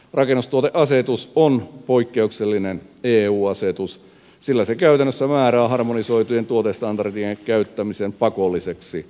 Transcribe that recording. rakennustuoteasetus on poikkeuksellinen eu asetus sillä se käytännössä määrää harmonisoitujen tuotestandardien käyttämisen pakolliseksi